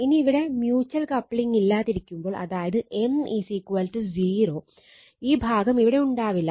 ഇനി ഇവിടെ mutual coupling ഇല്ലാതിരിക്കുമ്പോൾ അതായത് M 0 ഈ ഭാഗം ഇവിടെ ഉണ്ടാകില്ല